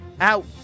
out